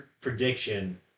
prediction